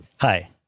Hi